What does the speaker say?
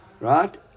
Right